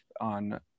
on